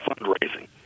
fundraising